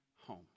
homes